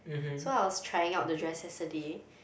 so I was trying out the dress yesterday